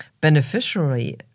beneficiary